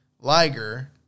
Liger